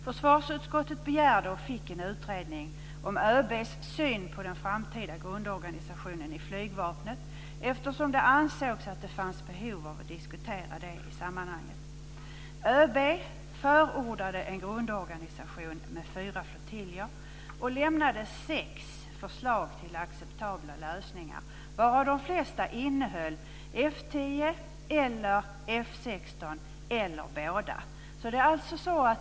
Försvarsutskottet begärde och fick en utredning om ÖB:s syn på den framtida grundorganisationen i flygvapnet, eftersom det ansågs att det fanns ett behov att diskutera detta i sammanhanget. ÖB förordade en grundorganisation med fyra flottiljer och lämnade sex förslag till acceptabla lösningar, varav de flesta innehöll F 10 eller F 16 eller båda.